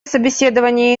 собеседования